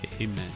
Amen